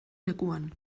lekuan